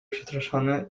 przestraszony